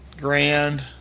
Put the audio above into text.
Grand